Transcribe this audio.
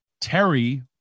Terry